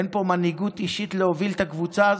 אין פה מנהיגות אישית להוביל את הקבוצה הזאת?